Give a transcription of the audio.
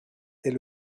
est